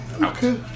Okay